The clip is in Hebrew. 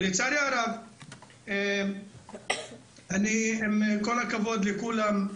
לצערי הרב, עם כל הכבוד לכולם,